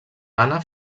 ghana